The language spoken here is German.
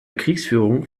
kriegsführung